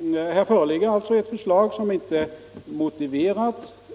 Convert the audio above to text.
Här föreligger ett förslag som inte motiveras.